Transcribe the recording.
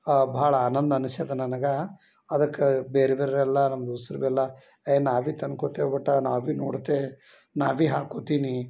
ಭಾಳ ಆನಂದ ಅನಿಸ್ಯದ ನನಗೆ ಅದಕ್ಕೆ ಬೇರೆ ಬೇರೆ ಎಲ್ಲ ನಮ್ಮ ದೋಸ್ತರು ಭಿ ಎಲ್ಲ ಏಯ್ ನಾ ಭಿ ತಂದ್ಕೊತೇವೆ ಬೆಟಾ ನಾ ಭಿ ನೋಡ್ತೆ ನಾ ಭಿ ಹಾಕ್ಕೋತೀನಿ